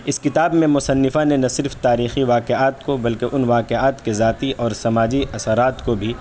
اس کتاب میں مصنفہ نے نہ صرف تاریخی واقعات کو بلکہ ان واقعات کے ذاتی اور سماجی اثرات کو بھی